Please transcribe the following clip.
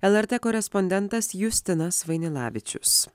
lrt korespondentas justinas vainilavičius